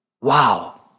wow